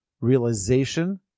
realization